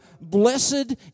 blessed